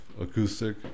Acoustic